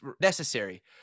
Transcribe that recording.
necessary